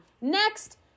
Next